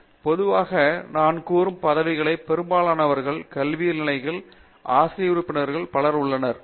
மூர்த்தி பொதுவாக நான் கூறும் பதவிகளில் பெரும்பான்மையானவர்கள் கல்வியியல் நிலைகள் ஆசிரிய உறுப்பினர்கள் பலர் உள்ளனர்